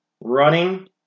running